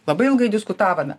labai ilgai diskutavome